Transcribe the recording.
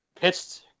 pitched